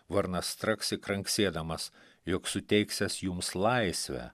varnas straksi kranksėdamas jog suteiksiąs jums laisvę